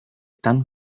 tan